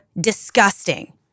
disgusting